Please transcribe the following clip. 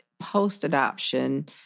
post-adoption